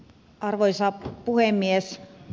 arvoisa puhemies